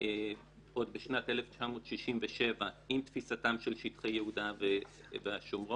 עוד בשנת 1967 עם תפיסתם של שטחי יהודה ושומרון,